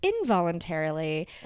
involuntarily